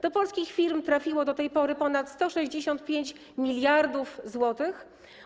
Do polskich firm trafiło do tej pory ponad 165 mld zł.